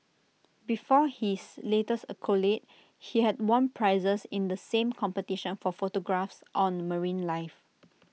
before his latest accolade he had won prizes in the same competition for photographs on marine life